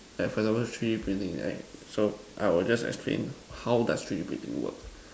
at for example three printing right so I will explain how three printing works